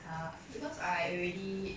ah because I already